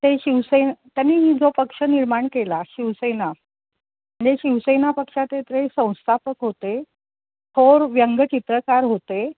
ते शिवसेना त्यांनी जो पक्ष निर्माण केला शिवसेना जे शिवसेना पक्षाचे ते संस्थापक होते थोर व्यंगचित्रकार होते